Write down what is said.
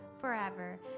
forever